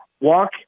walk